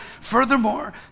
Furthermore